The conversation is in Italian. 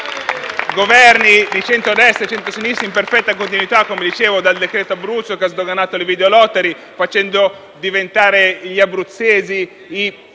Governi di centrodestra e di centrosinistra, in perfetta continuità, come dicevo, dal cosiddetto decreto Abruzzo, che ha sdoganato le *videolottery*, facendo diventare gli abruzzesi i più